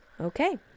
okay